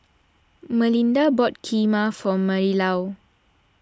Malinda bought Kheema for Marilou